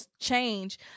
change